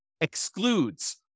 excludes